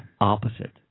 opposite